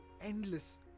endless